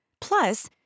Plus